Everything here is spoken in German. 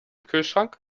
kühlschrank